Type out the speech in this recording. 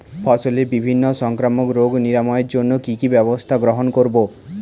ফসলের বিভিন্ন সংক্রামক রোগ নিরাময়ের জন্য কি কি ব্যবস্থা গ্রহণ করব?